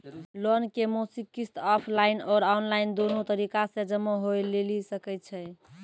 Loan के मासिक किस्त ऑफलाइन और ऑनलाइन दोनो तरीका से जमा होय लेली सकै छै?